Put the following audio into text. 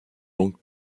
longue